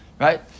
Right